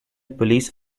police